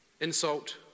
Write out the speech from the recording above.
insult